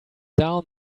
down